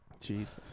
Jesus